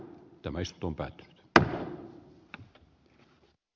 tämä istuntoa direktiiveistä huolimatta